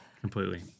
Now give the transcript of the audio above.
Completely